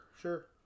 sure